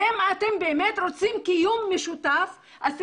ואם אתם באמת רוצים קיום משותף אז